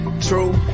True